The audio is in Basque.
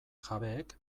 jabeek